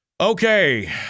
Okay